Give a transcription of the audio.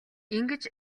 ингэж